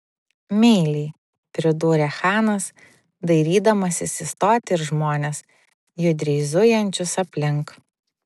meiliai pridūrė chanas dairydamasis į stotį ir žmones judriai zujančius aplink